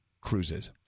cruises